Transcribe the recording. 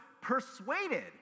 persuaded